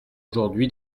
aujourd’hui